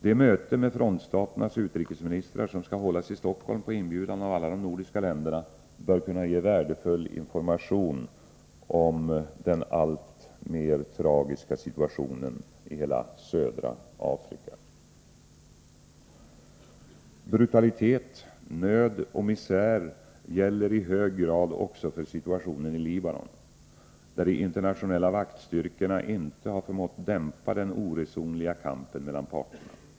Det möte med frontstaternas utrikesministrar som skall hållas i Stockholm på inbjudan av alla de nordiska länderna bör kunna ge värdefull information om den allt tragiskare situationen i hela Brutalitet, nöd och misär gäller i hög grad också för situationen i Libanon, där de internationella vaktstyrkorna inte har förmått dämpa den oresonliga kampen mellan parterna.